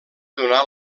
donar